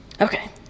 Okay